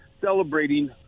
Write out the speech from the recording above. celebrating